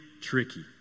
tricky